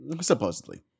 supposedly